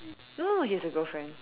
don't look like he has a girlfriend